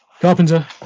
Carpenter